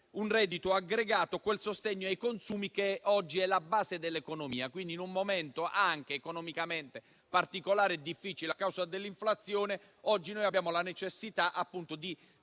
un reddito aggregato, quel sostegno ai consumi che oggi è la base dell'economia. Quindi, in un momento anche economicamente particolare e difficile a causa dell'inflazione, abbiamo la necessità di